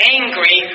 angry